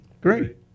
great